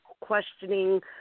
questioning